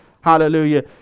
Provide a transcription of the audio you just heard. hallelujah